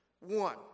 One